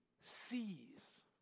sees